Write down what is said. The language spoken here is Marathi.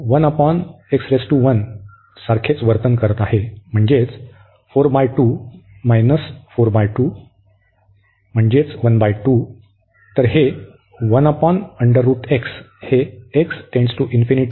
तर हे 1 ओव्हर x पॉवर 1 सारखे वर्तन करीत आहे ते म्हणजे 4 बाय 2 वजा 4 म्हणजे 2 म्हणून 1 बाय 2